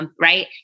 right